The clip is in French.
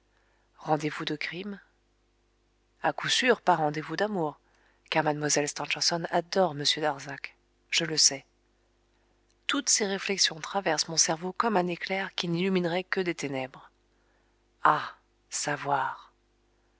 rendez-vous de crime à coup sûr pas rendez-vous d'amour car mlle stangerson adore m darzac je le sais toutes ces réflexions traversent mon cerveau comme un éclair qui n'illuminerait que des ténèbres ah savoir